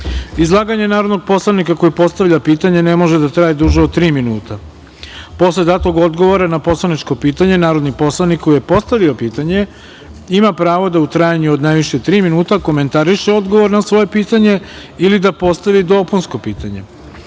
izlaganje narodnih poslanika koji postavlja pitanje ne može da traje duže od tri minuta, posle datog odgovora na poslaničko pitanje narodni poslanik koji je postavio pitanje ima pravo da u trajanju od najviše tri minuta komentariše odgovor na svoje pitanje ili da postavi dopunsko pitanje;